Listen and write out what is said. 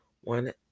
one